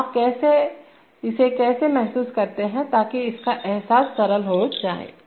तो आप इसे कैसे महसूस करते हैं ताकि इसका एहसास सरल हो जाए